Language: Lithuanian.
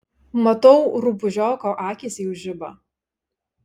matau rupūžioko akys jau žiba